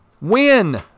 Win